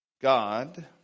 God